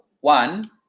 one